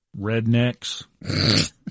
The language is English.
Rednecks